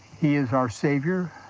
he is our savior,